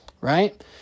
Right